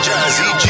Jazzy